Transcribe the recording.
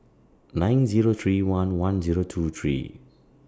nine Zero three one one Zero two three